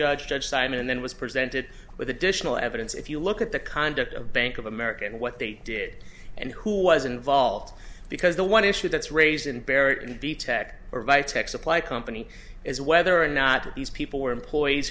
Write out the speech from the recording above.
judge judge simon and then was presented with additional evidence if you look at the conduct of bank of america and what they did and who was involved because the one issue that's raised in barrett and v tech or via text apply company is whether or not these people were employees